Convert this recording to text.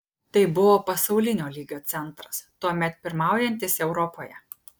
tai buvo pasaulinio lygio centras tuomet pirmaujantis europoje